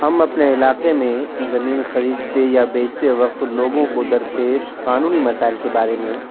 ہم اپنے علاقے میں زمین خریدتے یا بیچتے وقت لوگوں کو درپیش قانونی مسائل کے بارے میں